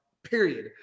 Period